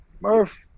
Murph